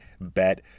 Bet